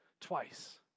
twice